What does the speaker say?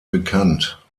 bekannt